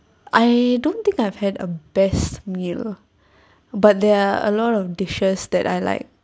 I don't think I had a best meal but there are a lot of dishes that I like